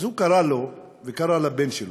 אז הוא קרא לבן שלו,